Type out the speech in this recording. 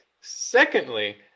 Secondly